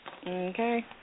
Okay